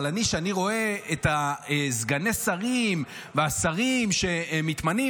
אבל כשאני רואה את סגני השרים והשרים שמתמנים,